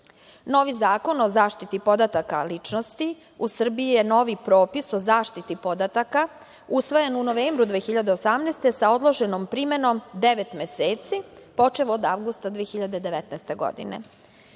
Novi zakon o zaštiti podataka ličnosti u Srbiji je novi propis o zaštiti podataka, usvojen u novembru 2018. godine sa odloženom primenom devet meseci, počev od avgusta 2019.